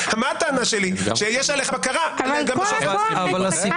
הטענה שלי היא שיש עליך בקרה --- אבל כל הכוח אצלך.